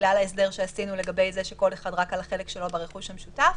בגלל ההסדר שעשינו לגבי זה שכל אחד רק על החלק שלו ברכוש המשותף.